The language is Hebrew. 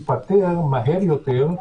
תיפתר מהר יותר בצורה כזאת או אחרת,